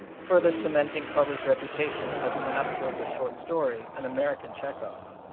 further cementing carver's reputation as a master of the short story, an american chekhov.